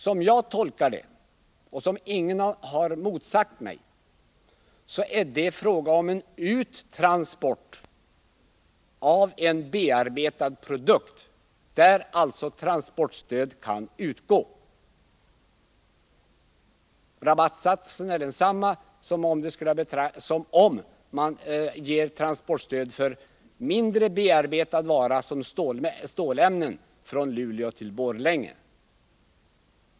Som jag tolkar det — och i det avseendet har ingen motsagt mig — är det i det fallet fråga om en uttransport av en bearbetad produkt, varvid transportstöd alltså kan utgå. Rabattsatsen är densamma som vid transportstöd när det gäller mindre bearbetad vara såsom stålämnen från Luleå till Borlänge.